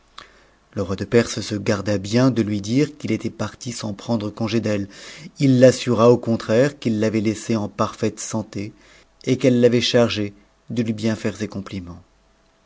le roi de perse se garda bien de lui dire qu'il était parti sans prendre congé d'elle t'assura au contraire qu'il l'avait laissée en parfaite santé et qu'elle l'avait chargé de lui bien faire ses compliments